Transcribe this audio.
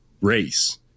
race